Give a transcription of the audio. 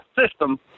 system